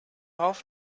off